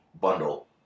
bundle